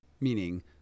meaning